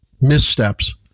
missteps